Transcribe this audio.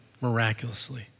miraculously